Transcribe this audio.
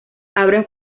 abren